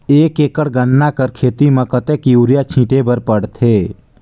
एक एकड़ गन्ना कर खेती म कतेक युरिया छिंटे बर पड़थे?